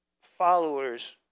followers